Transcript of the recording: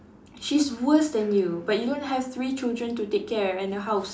she's worse than you but you don't have three children to take care and a house